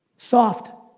soft.